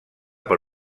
per